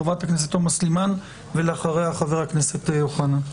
חברת הכנסת תומא סלימאן ולאחריה חבר הכנסת אוחנה.